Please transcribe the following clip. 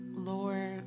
Lord